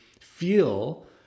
feel